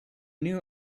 new